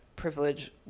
privilege